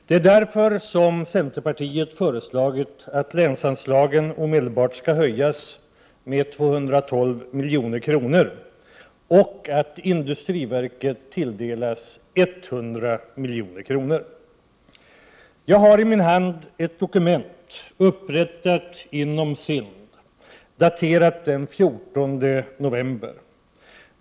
Det är därför som centerpartiet föreslagit att länsanslaget omedelbart skall höjas med 212 milj.kr. och att industriverket tilldelas 100 milj.kr. Jag har i min hand ett dokument upprättat inom SIND och daterat den 14 november.